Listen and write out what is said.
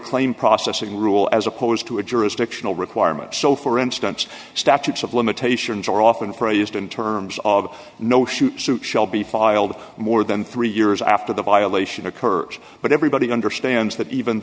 claim processing rule as opposed to a jurisdictional requirement so for instance statutes of limitations are often phrased in terms of no shoot shoot shall be filed more than three years after the violation occur but everybody understands that even